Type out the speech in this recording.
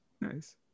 Nice